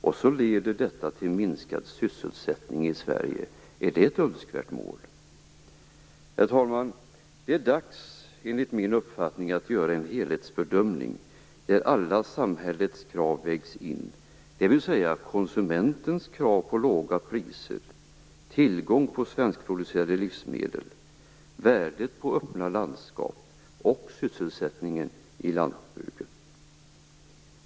Detta leder till minskad sysselsättning i Sverige. Är det ett önskvärt mål? Herr talman! Det är dags, enligt min uppfattning, att göra en helhetsbedömning där alla samhällets krav vägs in, dvs. konsumentens krav på låga priser, tillgången på svenskproducerade livsmedel, värdet på öppna landskap och sysselsättningen i lantbruket.